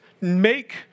make